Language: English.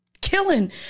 killing